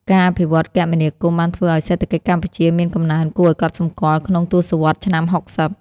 ការអភិវឌ្ឍគមនាគមន៍បានធ្វើឱ្យសេដ្ឋកិច្ចកម្ពុជាមានកំណើនគួរឱ្យកត់សម្គាល់ក្នុងទសវត្សរ៍ឆ្នាំ ៦០។